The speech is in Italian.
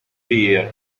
beer